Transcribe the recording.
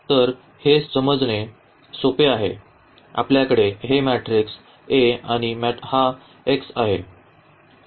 तर हे समजणे सोपे आहे आपल्याकडे हे मॅट्रिक्स A आणि हा x आहे